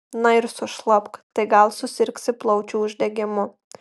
na ir sušlapk tai gal susirgsi plaučių uždegimu